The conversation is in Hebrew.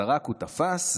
זרק ותפס,